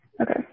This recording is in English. Okay